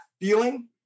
feeling